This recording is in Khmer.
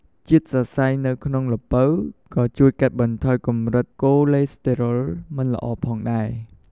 ជាតិសរសៃនៅក្នុងល្ពៅក៏ជួយបន្ថយកម្រិតកូឡេស្តេរ៉ុលមិនល្អផងដែរ។